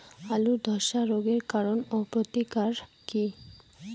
আলুর ধসা রোগের কারণ ও প্রতিকার কি?